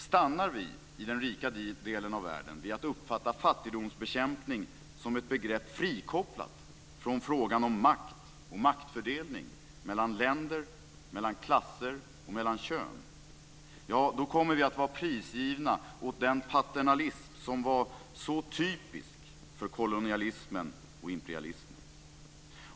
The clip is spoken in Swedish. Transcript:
Stannar vi i den rika delen av världen vid att uppfatta fattigdomsbekämpning som ett begrepp frikopplat från frågan om makt och maktfördelning mellan länder, klasser och kön, då kommer vi att vara prisgivna åt den paternalism som var så typisk för kolonialismen och imperialismen.